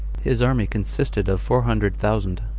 his army consisted of four hundred thousand,